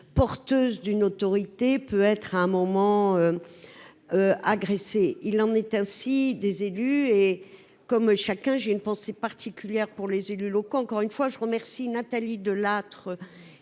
porteuse d'une autorité peut être un moment agressé, il en est ainsi des élus et, comme chacun, j'ai une pensée particulière pour les élus locaux, encore une fois, je remercie Nathalie Delattre